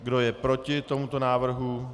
Kdo je proti tomuto návrhu?